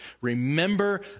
remember